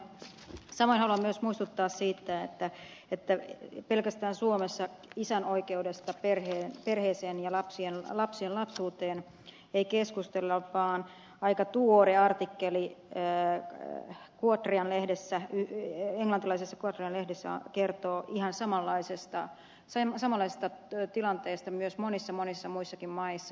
samoin haluan myös muistuttaa siitä että pelkästään suomessa isän oikeudesta perheeseen ja lapsien lapsuuteen ei keskustella vaan aika tuore artikkeli englantilaisessa guardian lehdessä kertoo ihan samanlaisesta tilanteesta myös monissa monissa muissakin maissa